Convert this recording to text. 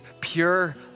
pure